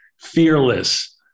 Fearless